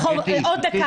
עוד דקה.